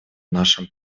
нашем